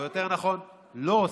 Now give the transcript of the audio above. או יותר נכון לא עושים.